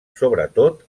sobretot